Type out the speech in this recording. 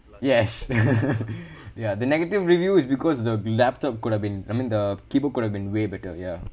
yes ya the negative review is because the laptop could have been I mean the keyboard could've been way better ya